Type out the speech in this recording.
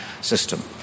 system